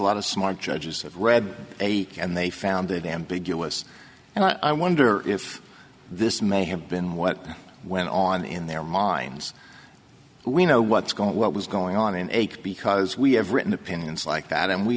a lot of smart judges have read a and they found it ambiguous and i wonder if this may have been what went on in their minds we know what's going on what was going on in a because we have written opinions like that and we